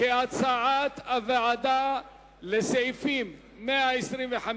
הצבעה על סעיפים 89 124,